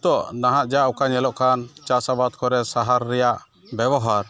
ᱱᱤᱛᱚᱜ ᱱᱟᱦᱟᱜ ᱡᱟ ᱚᱠᱟ ᱧᱮᱞᱚᱜᱠᱟᱱ ᱪᱟᱥᱟᱵᱟᱫᱽ ᱠᱚᱨᱮ ᱥᱟᱦᱟᱨ ᱨᱮᱭᱟᱜ ᱵᱮᱵᱚᱦᱟᱨ